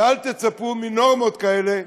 ואל תצפו מנורמות כאלה,